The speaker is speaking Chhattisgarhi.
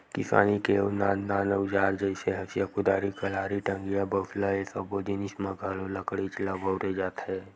किसानी के अउ नान नान अउजार जइसे हँसिया, कुदारी, कलारी, टंगिया, बसूला ए सब्बो जिनिस म घलो लकड़ीच ल बउरे जाथे